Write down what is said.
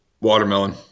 Watermelon